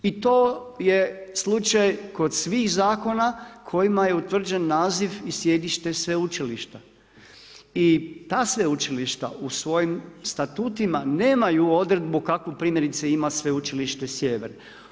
I to je slučaj kod svih zakonima kojima je utvrđen naziv i sjedište sveučilišta i ta sveučilišta u svojim statutima nemaju odredbu kakvu primjerice ima Sveučilište Sjever.